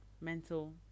mental